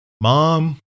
mom